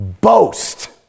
boast